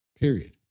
period